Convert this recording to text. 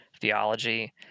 theology